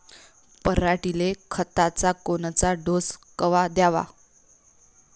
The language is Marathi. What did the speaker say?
पऱ्हाटीले खताचा कोनचा डोस कवा द्याव?